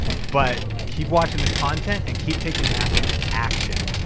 but keep watching this content and keep taking massive action.